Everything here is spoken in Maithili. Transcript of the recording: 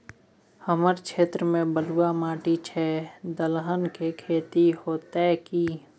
हमर क्षेत्र में बलुआ माटी छै, दलहन के खेती होतै कि?